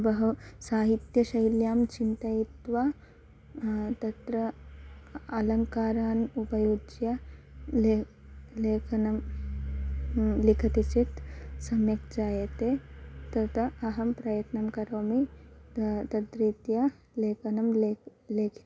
बहु साहित्यशैल्यां चिन्तयित्वा तत्र अलङ्कारान् उपयुज्य ले लेखनं लिखति चेत् सम्यक् जायते तदा अहं प्रयत्नं करोमि दा तद्रीत्या लेखनं ले लेखितुम्